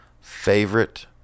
favorite